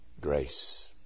Grace